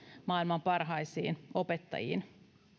maailman parhaisiin opettajiin